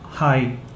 Hi